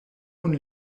und